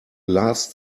last